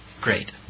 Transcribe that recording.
great